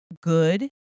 good